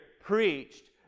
preached